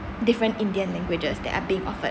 different indian languages that are being offered